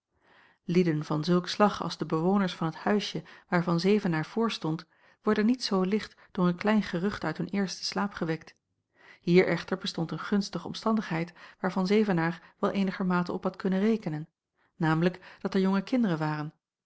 lieden van zulk slag als de bewoners van het huisje waar van zevenaer voor stond worden niet zoo licht door een klein gerucht uit hun eersten slaap gewekt hier echter bestond een gunstige omstandigheid waar van zevenaer wel eenigermate op had kunnen rekenen namelijk dat er jonge kinderen waren